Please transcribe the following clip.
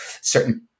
certain